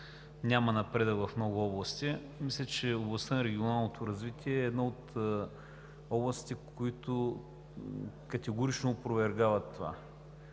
няма напредък в много области. Мисля, че областта на регионалното развитие е една от областите, които категорично опровергават това.